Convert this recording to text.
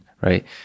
right